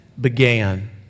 began